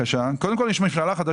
קודם כול, יש מכללה חדשה.